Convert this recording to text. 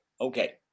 Okay